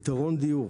פיתרון דיור: